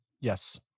Yes